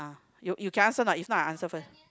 you you can answer lah if not I answer first